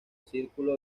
círculo